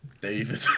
David